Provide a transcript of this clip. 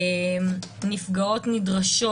נפגעות נדרשות,